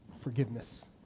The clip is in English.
forgiveness